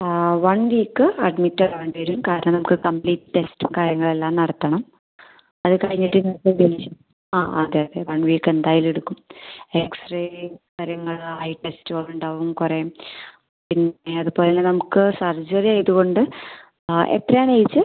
ആ one week admit ആവേണ്ടി വരും കാരണം നമുക്ക് കംപ്ലീറ്റ് ടെസ്റ്റും കാര്യങ്ങളെല്ലാം നടത്തണം അത് കഴിഞ്ഞിട്ട് ഏകദേശം ആ അതെ അതെ വൺ വീക്ക് എന്തായാലും എടുക്കും എക്സ് റേ കാര്യങ്ങൾ ഐ ടെസ്റ്റുകൾ ഉണ്ടാവും കുറേ പിന്നെ അതുപോലെ തന്നെ നമുക്ക് സർജറി ആയതുകൊണ്ട് ആ എത്രയാണ് ഏജ്